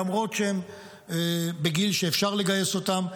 למרות שהם בגיל שאפשר לגייס אותם,